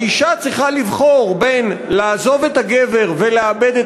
האישה צריכה לבחור בין לעזוב את הגבר ולאבד את